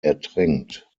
ertränkt